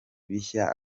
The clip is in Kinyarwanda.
bishya